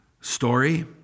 story